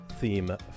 theme